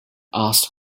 asked